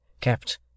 kept